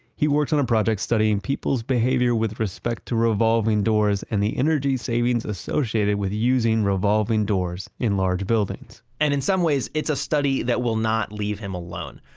he works on a project studying people's behavior with respect to revolving doors and the energy savings associated with using revolving doors in large buildings. and in some ways, it's a study that will not leave him alone.